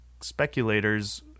speculators